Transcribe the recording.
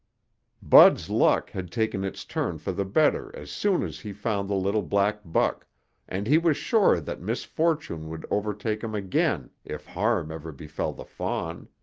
bud's luck had taken its turn for the better as soon as he found the little black buck and he was sure that misfortune would overtake him again if harm ever befell the fawn.